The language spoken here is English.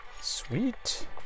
Sweet